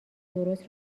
درست